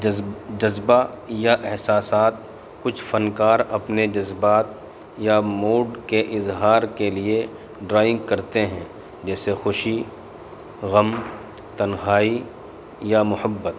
جذ جذبہ یا احساسات کچھ فنکار اپنے جذبات یا موڈ کے اظہار کے لیے ڈرائنگ کرتے ہیں جیسے خوشی غم تنہائی یا محبت